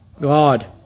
God